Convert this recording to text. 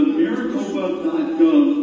maricopa.gov